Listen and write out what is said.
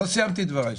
לא סיימתי את דברי.